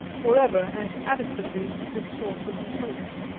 for ever and adequately, this source of reproach.